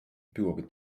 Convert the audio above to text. byłoby